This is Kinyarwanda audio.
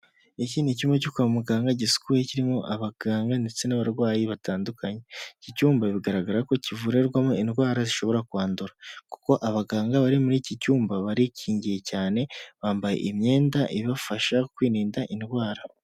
Iki ni icyumba cyo kwa muganga gisukuye kirimo abaganga ndetse n'abarwayi batandukanye, iki cyumba bigaragara ko kivurirwamo indwara zishobora kwandura kuko abaganga bari muri iki cyumba barikingiye cyane, bambaye imyenda ibafasha kwirinda indwara.